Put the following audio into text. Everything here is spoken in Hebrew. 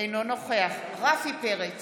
אינו נוכח רפי פרץ,